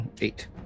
eight